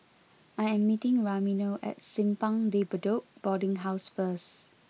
I am meeting Ramiro at Simpang De Bedok Boarding House first